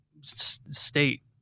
state